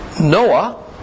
Noah